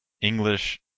English